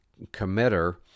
committer